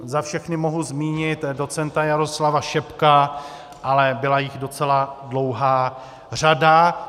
Za všechny mohu zmínit docenta Jaroslava Šebka, ale byla jich docela dlouhá řada.